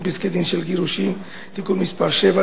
פסקי-דין של גירושין) (תיקון מס' 7),